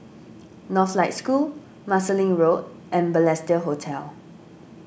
Northlight School Marsiling Road and Balestier Hotel